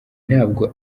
ntabwo